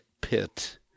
pit